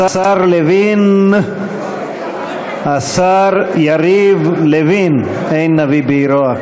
השר לוין, השר יריב לוין, אין נביא בעירו.